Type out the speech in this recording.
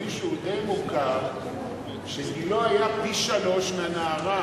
למישהו די מוכר שגילו היה פי-שלושה מגיל הנערה,